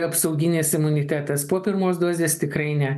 apsauginis imunitetas po pirmos dozės tikrai ne